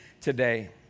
today